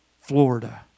Florida